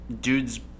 Dude's